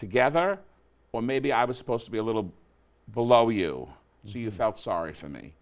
together or maybe i was supposed to be a little below you so you felt sorry for me